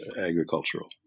agricultural